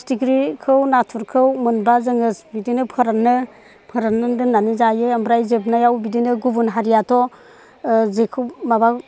फिथिख्रिखौ नाथुरखौ मोनबा जों बिदिनो फोरानो फोराननानै दोननानै जायो आमफ्राय जोबनायाव बिदिनो गुबुन हारियाथ' जेखौ माबाखौ